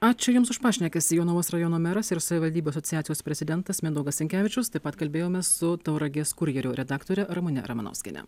ačiū jums už pašnekesį jonavos rajono meras ir savivaldybių asociacijos prezidentas mindaugas sinkevičius taip pat kalbėjomės su tauragės kurjerio redaktore ramune ramanauskiene